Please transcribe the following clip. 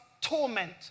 Torment